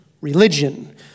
religion